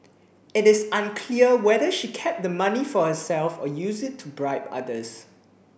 it is unclear whether she kept the money for herself or used it to bribe others